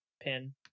pin